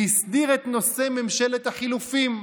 והסדיר את נושא ממשלת החילופים,